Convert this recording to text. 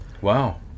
Wow